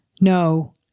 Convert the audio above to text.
No